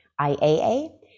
IAA